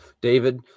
David